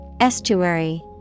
Estuary